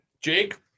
Jake